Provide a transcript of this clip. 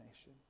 nation